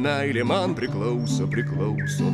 meilė man priklauso priklauso